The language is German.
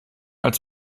als